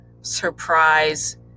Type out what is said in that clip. surprise